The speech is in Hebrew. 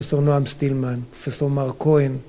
פרופסור נועם סטילמן, פרופסור מר כהן